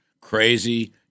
Crazy